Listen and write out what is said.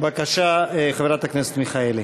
בבקשה, חברת הכנסת מיכאלי.